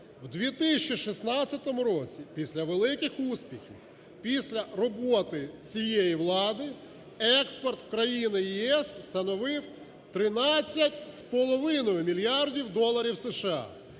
У 2016 році після великих успіхів, після роботи цієї влади експорт в країни ЄС становив 13,5 мільярдів доларів США.